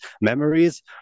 memories